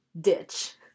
ditch